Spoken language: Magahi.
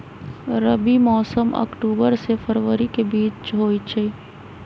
रबी मौसम अक्टूबर से फ़रवरी के बीच में होई छई